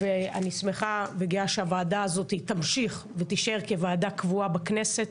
ואני שמחה שהוועדה הזאת תמשיך ותישאר כוועדה קבועה בכנסת.